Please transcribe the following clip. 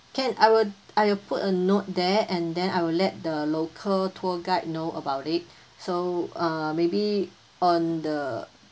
can I would I will put a note there and then I would let the local tour guide know about it so uh maybe on the